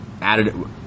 added